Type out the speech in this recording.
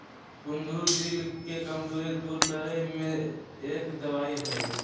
कुंदरू दिल के कमजोरी दूर करे में एक दवाई हई